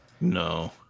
no